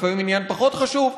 לפעמים עניין פחות חשוב,